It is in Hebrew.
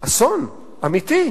אסון אמיתי.